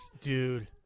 Dude